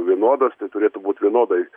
vienodas tai turėtų būti vienodai